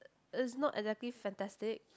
it's not exactly fantastic